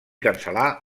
cancel·lar